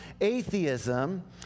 atheism